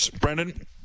Brendan